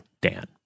Dan